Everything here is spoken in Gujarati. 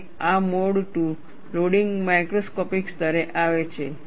અને આ મોડ II લોડિંગ માઇક્રોસ્કોપિક સ્તરે આવે છે